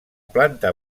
planta